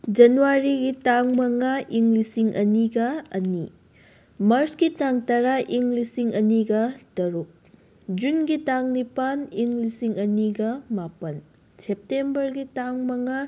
ꯖꯅꯋꯥꯔꯤꯒꯤ ꯇꯥꯡ ꯃꯉꯥ ꯏꯪ ꯂꯤꯁꯤꯡ ꯑꯅꯤꯒ ꯑꯅꯤ ꯃꯥꯔꯁꯀꯤ ꯇꯥꯡ ꯇꯔꯥ ꯏꯪ ꯂꯤꯁꯤꯡ ꯑꯅꯤꯒ ꯇꯔꯨꯛ ꯖꯨꯟꯒꯤ ꯇꯥꯡ ꯅꯤꯄꯥꯟ ꯏꯪ ꯂꯤꯁꯤꯡ ꯑꯅꯤꯒ ꯃꯥꯄꯟ ꯁꯦꯞꯇꯦꯝꯕꯔꯒꯤ ꯇꯥꯡ ꯃꯉꯥ